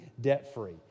debt-free